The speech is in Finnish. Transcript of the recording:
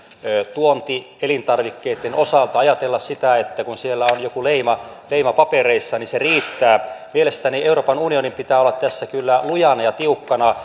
tuontielintarvikkeitten osalta ajatella sitä että kun siellä on joku leima leima papereissa niin se riittää mielestäni euroopan unionin pitää olla tässä kyllä lujana ja tiukkana